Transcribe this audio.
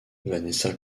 vanessa